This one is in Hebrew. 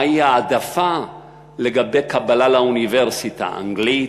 מהי ההעדפה לגבי קבלה לאוניברסיטה: אנגלית,